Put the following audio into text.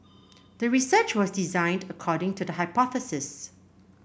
the research was designed according to the hypothesis